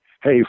Hey